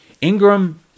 Ingram